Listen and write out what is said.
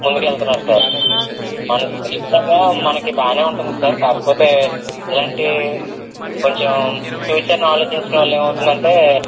ముందుకెళ్తున్నారు sir study పరంగా మనకి బాగానే ఉంటుంది సార్ కాకపోతే ఇలాంటి కొంచెం ఫ్యూచర్ని ఆలోచించడం వల్ల ఏమవుతుందంటే